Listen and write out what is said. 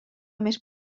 més